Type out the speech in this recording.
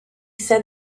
said